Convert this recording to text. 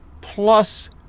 plus